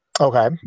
Okay